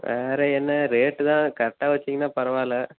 வேறு என்ன ரேட்டு தான் கரெக்டாக வச்சுங்கன்னா பரவாயில்லை